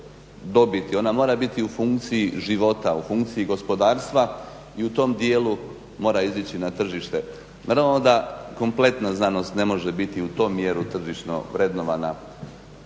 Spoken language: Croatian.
dobiti, ona mora biti u funkciji života u funkciji gospodarstva i u tom dijelu mora izići na tržište. Naravno da kompletna znanost ne može biti u tom smjeru tržišno vrednovana